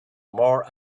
more